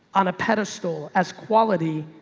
on a pedestal as quality,